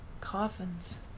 Coffins